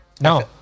No